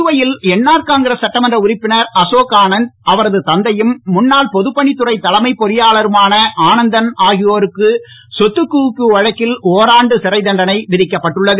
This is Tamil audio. புதுவையில் என்ஆர் காங்கிரஸ் சட்டமன்ற உறுப்பினர் அசோக் ஆனந்த் அவரது தந்தையும் முன்னாள் பொதுப்பணித் துறை தலைமைப் பொறியாளருமான ஆனந்தன் ஆகியோருக்கு சொத்துக்குவிப்பு வழக்கில் ஒராண்டு சிறை தண்டனை விதிக்கப் பட்டுள்ளது